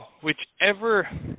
Whichever